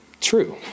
true